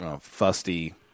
fusty